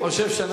חבר הכנסת כץ.